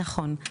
נכון,